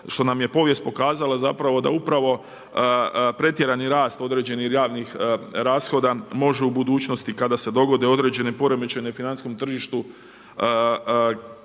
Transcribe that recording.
što nam je povijest pokazala zapravo da upravo pretjerani rast određenih javnih rashoda može u budućnosti kada se dogode određene poremećaji u financijskom tržištu